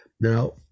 now